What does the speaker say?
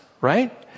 right